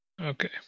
Okay